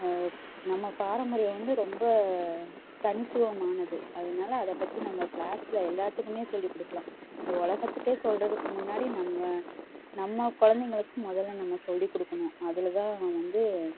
நம்ம பாரம்பரியம் வந்து ரொம்ப தனித்துவமானது அதனால் அதைப்பத்தி நம்ம கிளாஸில் எல்லாத்துக்குமே சொல்லிக்கொடுக்கலாம் இந்த உலகத்துக்கே சொல்லுறதுக்கு முன்னாடி நம்ம நம்ம குழந்தைங்களுக்கு முதல்ல நம்ம சொல்லிக்கொடுக்கணும் அதில் தான் வந்து